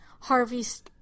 Harvey's